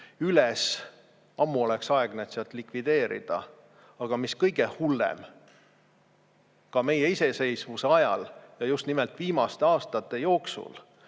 üles. Ammu oleks aeg need sealt likvideerida! Aga mis kõige hullem, ka meie iseseisvuse ajal ja just nimelt viimaste aastate jooksul